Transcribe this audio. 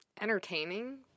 entertaining